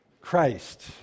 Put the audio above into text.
Christ